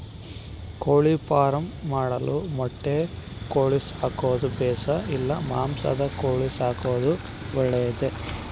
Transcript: ಕೋಳಿಫಾರ್ಮ್ ಮಾಡಲು ಮೊಟ್ಟೆ ಕೋಳಿ ಸಾಕೋದು ಬೇಷಾ ಇಲ್ಲ ಮಾಂಸದ ಕೋಳಿ ಸಾಕೋದು ಒಳ್ಳೆಯದೇ?